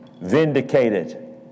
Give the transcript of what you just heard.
vindicated